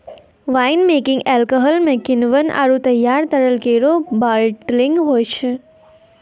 wine making alcohol म किण्वन आरु तैयार तरल केरो बाटलिंग होय छै